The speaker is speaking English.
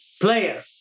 player